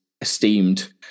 esteemed